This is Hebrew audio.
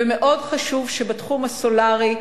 ומאוד חשוב שבתחום הסולרי,